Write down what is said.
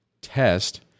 test